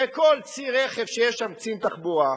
בכל צי רכב שיש בו קצין תחבורה,